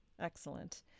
Excellent